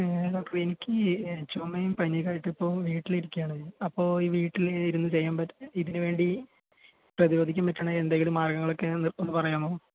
doctor എനിക്ക് ചുമയും പനിയുമൊക്കെ ആയിട്ട് ഇപ്പോൾ വീട്ടിൽ ഇരിക്കുകയാണ് അപ്പോൾ ഈ വീട്ടിൽ ഇരുന്ന് ചെയ്യാൻ പറ്റിയ ഇതിനുവേണ്ടി പ്രതിരോധിക്കാൻ പറ്റണ എന്തെങ്കിലും മാർഗ്ഗങ്ങളൊക്കെ ഒന്ന് പറയാമോ